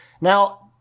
Now